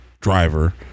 driver